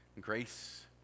Grace